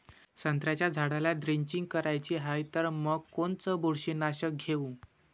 संत्र्याच्या झाडाला द्रेंचींग करायची हाये तर मग कोनच बुरशीनाशक घेऊ?